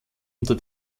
unter